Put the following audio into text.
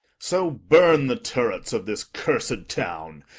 so burn the turrets of this cursed town,